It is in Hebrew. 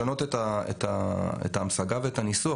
אם אפשר לשנות את ההמשגה ואת הניסוח,